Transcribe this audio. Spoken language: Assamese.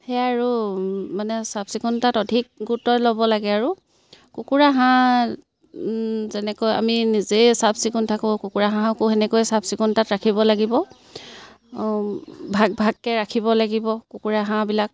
সেয়াই আৰু মানে চাফ চিকুণতাত অধিক গুৰুত্ব ল'ব লাগে আৰু কুকুৰা হাঁহ যেনেকৈ আমি নিজেই চাফ চিকুণ থাকোঁ কুকুৰা হাঁহকো সেনেকৈয়ে চাফ চিকুণতাত ৰাখিব লাগিব ভাগ ভাগকৈ ৰাখিব লাগিব কুকুৰা হাঁহবিলাক